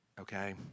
Okay